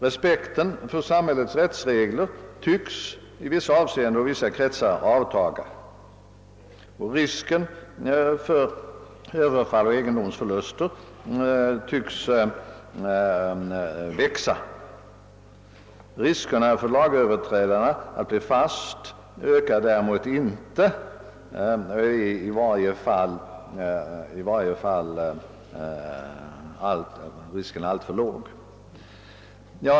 Respekten för samhällets rättsregler tycks i vissa avseenden och vissa kretsar avta. Risken för överfall och egendomsförluster tycks växa. Risken för lagöverträdarna att bli fast ökar däremot inte och är i varje fall alltför ringa.